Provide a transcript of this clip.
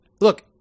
look